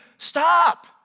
Stop